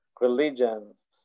religions